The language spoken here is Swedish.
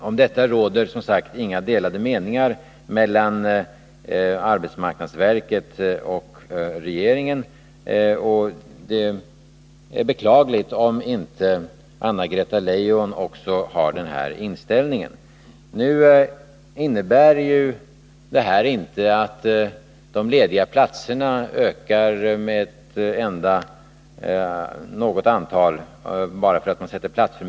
Om detta råder som sagt inga delade meningar mellan arbetsmarknadsverket och regeringen. Det är beklagligt om inte också Anna-Greta Leijon har denna inställning. Bara för att vi sätter platsförmedlingen i centrum ökar emellertid inte de lediga platserna.